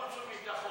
רק חוץ וביטחון.